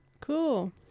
cool